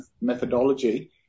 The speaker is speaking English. methodology